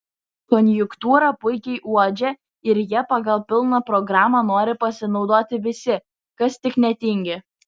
konjunktūrą puikiai uodžia ir ja pagal pilną programą nori pasinaudoti visi kas tik netingi